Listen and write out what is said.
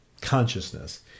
consciousness